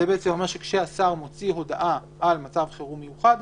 זה אומר שכשהשר מוציא הודעה על מצב חירום מיוחד,